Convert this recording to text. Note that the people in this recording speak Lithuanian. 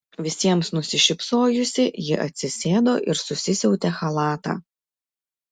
visiems nusišypsojusi ji atsisėdo ir susisiautę chalatą